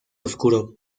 oscuro